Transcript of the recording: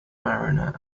mariner